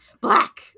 black